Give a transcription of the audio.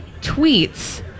tweets